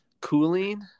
cooling